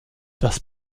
das